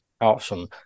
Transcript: Awesome